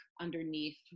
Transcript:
underneath